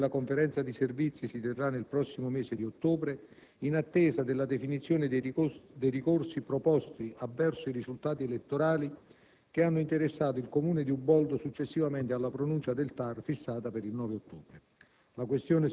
La riunione della Conferenza di servizi si terrà nel prossimo mese di ottobre, in attesa della definizione dei ricorsi proposti avverso i risultati elettorali che hanno interessato il Comune di Uboldo successivamente alla pronuncia del TAR fissata per il 9 ottobre.